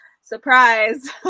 Surprise